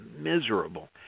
miserable